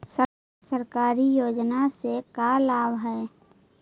सरकारी योजना से का लाभ है?